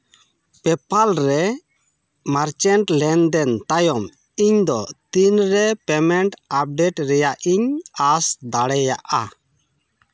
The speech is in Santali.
ᱯᱮᱯᱟᱞ ᱨᱮ ᱢᱟᱨᱪᱮᱱᱴ ᱞᱮᱱᱫᱮᱱ ᱛᱟᱭᱚᱢ ᱤᱧ ᱫᱚ ᱛᱤᱱᱨᱮ ᱯᱮᱢᱮᱱᱴ ᱟᱯᱰᱮᱴ ᱨᱮᱭᱟᱜ ᱤᱧ ᱟᱥ ᱫᱟᱲᱮᱭᱟᱜᱼᱟ